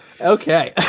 okay